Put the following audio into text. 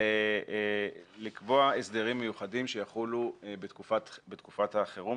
לקבוע הסדרים מיוחדים שיחולו בתקופת החירום,